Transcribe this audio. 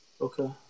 Okay